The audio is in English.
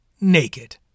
naked